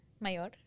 Mayor